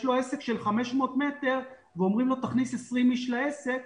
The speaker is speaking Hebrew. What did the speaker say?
לו עסק של 500 מטר ואומרים לו תכניס 20 איש לעסק,